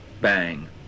bang